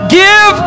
give